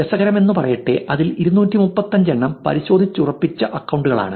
രസകരമെന്നു പറയട്ടെ അതിൽ 235 എണ്ണം പരിശോധിച്ചുറപ്പിച്ച അക്കൌണ്ടുകളാണ്